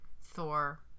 Thor